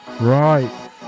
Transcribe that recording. Right